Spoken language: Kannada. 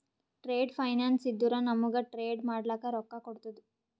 ಟ್ರೇಡ್ ಫೈನಾನ್ಸ್ ಇದ್ದುರ ನಮೂಗ್ ಟ್ರೇಡ್ ಮಾಡ್ಲಕ ರೊಕ್ಕಾ ಕೋಡ್ತುದ